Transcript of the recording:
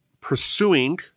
pursuing